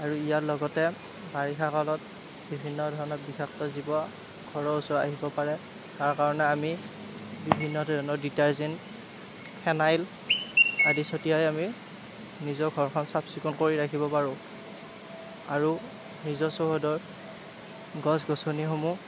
আৰু ইয়াৰ লগতে বাৰিষা কালত বিভিন্ন ধৰণৰ বিষাক্ত জীৱ ঘৰৰ ওচৰত আহিব পাৰে তাৰ কাৰণে আমি বিভিন্ন ধৰণৰ ডিটাৰজেন ফেনাইল আদি ছটিয়াই আমি নিজক ঘৰখন চাফ চিকুণ কৰি ৰাখিব পাৰোঁ আৰু নিজৰ চৌহদৰ গছ গছনিসমূহ